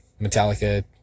Metallica